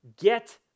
get